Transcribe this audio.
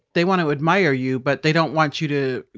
they want to admire you, but they don't want you to